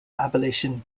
abolition